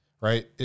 right